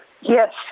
Yes